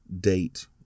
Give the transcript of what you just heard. date